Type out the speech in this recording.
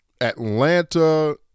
Atlanta